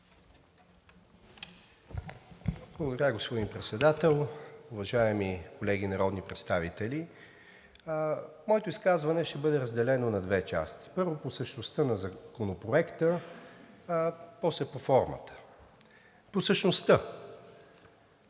Благодаря, господин Председател. Уважаеми колеги народни представители! Моето изказване ще бъде разделено на две части. Първо, по същността на Законопроекта, после по формата. По същността.